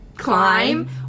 Climb